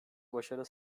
başarı